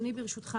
ברשותך,